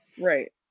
Right